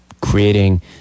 creating